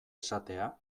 esatea